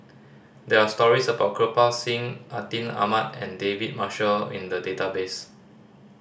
there are stories about Kirpal Singh Atin Amat and David Marshall in the database